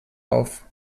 auf